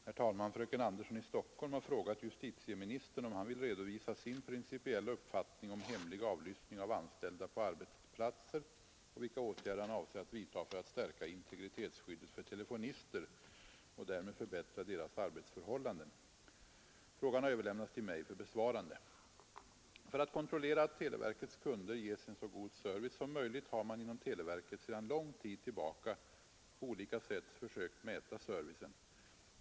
Herr talman! Fröken Andersson i Stockholm har frågat justitieministern om han vill redovisa sin principiella uppfattning om hemlig avlyssning av anställda på arbetsplatser och vilka åtgärder han avser att vidta för att stärka integritetsskyddet för telefonister och därmed förbättra deras arbetsförhållanden. Frågan har överlämnats till mig för besvarande. För att kontrollera att televerkets kunder ges en så god service som möjligt har man inom televerket sedan lång tid tillbaka på olika sätt försökt mäta servicen.